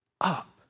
up